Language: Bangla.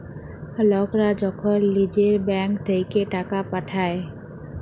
লকরা যখল লিজের ব্যাংক থ্যাইকে টাকা পাঠায়